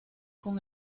con